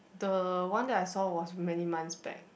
the one that I saw was many months back